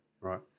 Right